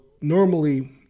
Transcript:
normally